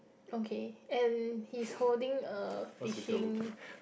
okay and he's holding a fishing